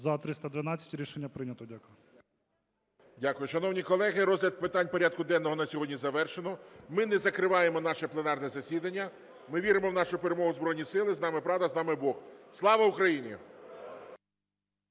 14:43:56 ГОЛОВУЮЧИЙ. Дякую. Шановні колеги, розгляд питань порядку денного на сьогодні завершено. Ми не закриваємо наше пленарне засідання. Ми віримо в нашу перемогу, в Збройні Сили. З нами правда, з нами Бог! Слава Україні!